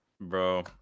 Bro